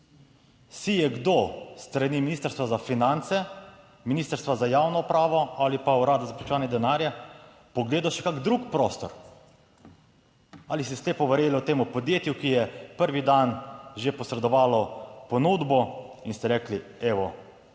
Si je kdo s strani Ministrstva za finance, Ministrstva za javno upravo ali pa Urada za preprečevanje denarja pogledal še kak drug prostor? Ali ste slepo verjeli temu podjetju, ki je prvi dan že posredovalo ponudbo in ste rekli, evo,